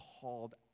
called